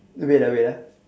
you wait ah wait ah